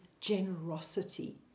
generosity